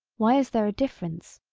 why is there a difference,